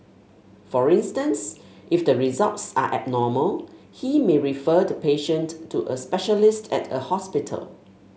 for instance if the results are abnormal he may refer the patient to a specialist at a hospital